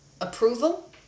approval